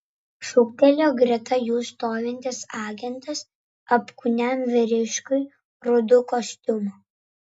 šūktelėjo greta jų stovintis agentas apkūniam vyriškiui rudu kostiumu